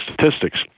statistics